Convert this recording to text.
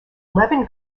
eleven